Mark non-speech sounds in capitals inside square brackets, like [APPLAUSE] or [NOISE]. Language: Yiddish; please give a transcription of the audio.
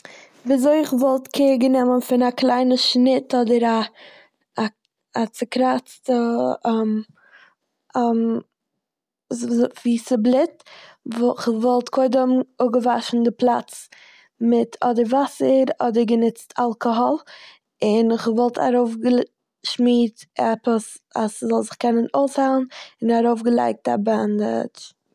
[NOISE] וויזוי כ'וואלט קעיר גענומען פון א קליינע שניט אדער א- א- א צוקראצטע [HESITATION] ז- וו- ז- וואו ס'בלוט. וואל- כ'וואלט קודם אפגעוואשן די פלאץ מיט אדער וואסער אדער גענוצט אלקאהאל, און איך וואלט ארויפגעל- שמירט עפעס אז ס'זאל זיך קענען אויסהיילן, און ארויפגעלייגט א באנדאדזש.